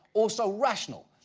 also rational.